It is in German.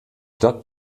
stadt